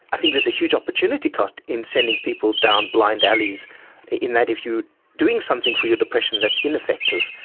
i think there's a huge opportunity cost in sending people down blind alleys in that if you are doing something for your depression that's ineffective,